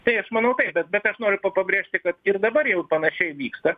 tai aš manau taip bet bet aš noriu pabrėžti kad ir dabar jau panašiai vyksta